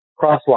crosswalk